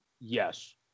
Yes